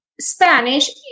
Spanish